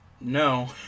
no